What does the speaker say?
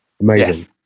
Amazing